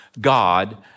God